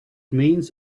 means